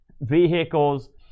vehicles